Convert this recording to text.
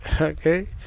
okay